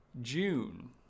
June